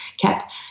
cap